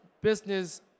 business